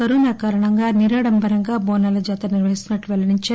corona కారణంగా నిరాడంబరంగా బోనాల జాతర నిర్వహిస్తున్నట్లు పెల్లడించారు